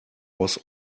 was